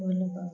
ଭଲ ପାଉ